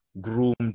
groomed